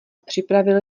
připravil